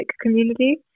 community